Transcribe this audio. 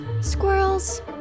Squirrels